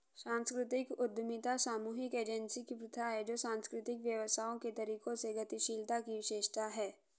सांस्कृतिक उद्यमिता सामूहिक एजेंसी की प्रथा है जो सांस्कृतिक व्यवसायों के तरीकों में गतिशीलता की विशेषता है